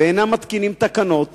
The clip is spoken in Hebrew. ואינם מתקינים תקנות.